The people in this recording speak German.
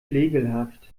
flegelhaft